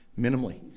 minimally